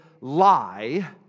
lie